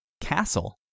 castle